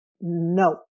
No